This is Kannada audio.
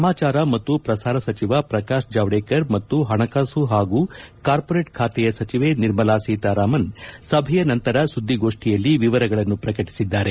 ಸಮಾಚಾರ ಮತ್ತು ಪ್ರಸಾರ ಸಚಿವ ಪ್ರಕಾಶ್ ಜಾವಡೇಕರ್ ಮತ್ತು ಹಣಕಾಸು ಹಾಗೂ ಕಾರ್ಪೊರೇಟ್ ಖಾತೆಯ ಸಚಿವೆ ನಿರ್ಮಲಾ ಸೀತಾರಾಮನ್ ಸಭೆಯ ನಂತರ ಸುದ್ದಿಗೋಷ್ಠಿಯಲ್ಲಿ ವಿವರಗಳನ್ನು ಪ್ರಕಟಿಸಿದ್ದಾರೆ